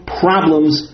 problems